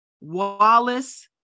Wallace